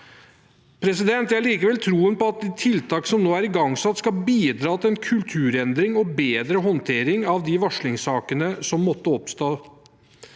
ansatte. Jeg har likevel troen på at de tiltak som nå er igangsatt, skal bidra til en kulturendring og bedre håndtering av de varslingssakene som måtte oppstå.